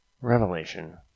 Revelation